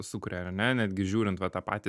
sukuria ar ne netgi žiūrint va tą patį